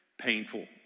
painful